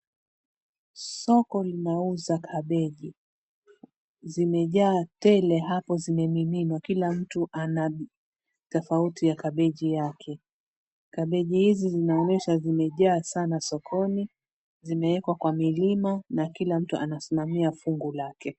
Soko linauza kabeji . Zimejaa tele hapo zimemiminwa, kila mtu hapo ana tofauti ya kabeji yake. Kbeji hizi zina onyesha zimejaa sana sokoni, zimewekwa kwa milima na kila mtu anasimamia fungu lake.